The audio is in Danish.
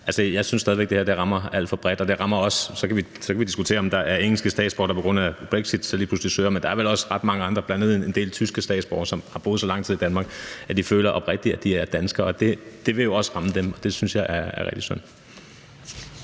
Jeg synes stadig væk, at det her rammer alt for bredt, og det rammer også andre. Så kan vi diskutere, om der er engelske statsborgere, der på grund af brexit lige pludselig søger, men der er vel også ret mange andre, bl.a. en del tyske statsborgere, som har boet så lang tid i Danmark, at de oprigtigt føler, at de er danskere. Det vil jo også ramme dem, og det synes jeg er rigtig synd.